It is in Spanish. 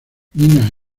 nina